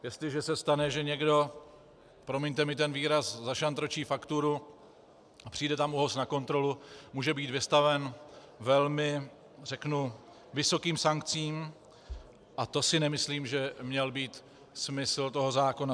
Jestliže se stane, že někdo promiňte mi ten výraz zašantročí fakturu a přijde tam ÚOHS na kontrolu, může být vystaven velmi vysokým sankcím a to si nemyslím, že měl být smysl toho zákona.